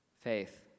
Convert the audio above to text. faith